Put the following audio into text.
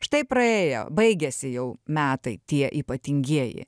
štai praėjo baigėsi jau metai tie ypatingieji